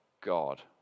God